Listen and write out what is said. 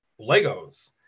Legos